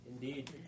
Indeed